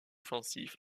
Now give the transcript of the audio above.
offensif